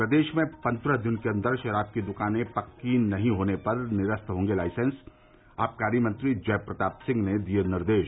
प्रदेश में पन्द्रह दिन के अन्दर शराब की दुकानें पक्की नहीं होने पर निरस्त होंगे लाइसेंस आबकारी मंत्री जय प्रताप सिंह ने दिये निर्देश